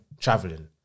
traveling